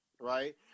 right